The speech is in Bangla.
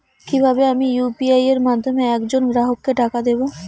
কিভাবে আমি ইউ.পি.আই এর মাধ্যমে এক জন গ্রাহককে টাকা দেবো?